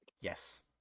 Yes